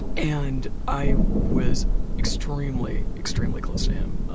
and i was extremely, extremely close to him,